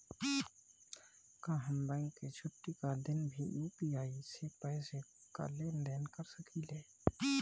का हम बैंक के छुट्टी का दिन भी यू.पी.आई से पैसे का लेनदेन कर सकीले?